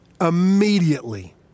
Immediately